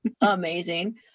amazing